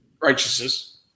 Righteousness